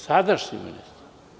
Sadašnji ministar.